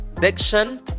diction